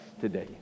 today